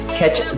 catch